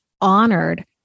honored